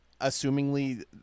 assumingly